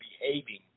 behaving